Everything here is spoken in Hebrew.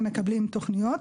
הם מקבלים תוכניות